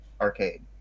arcade